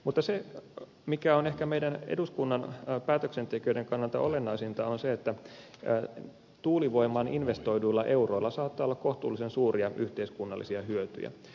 mutta se mikä on ehkä meidän eduskunnan päätöksentekijöiden kannalta olennaisinta on se että tuulivoimaan investoiduilla euroilla saattaa olla kohtuullisen suuria yhteiskunnallisia hyötyjä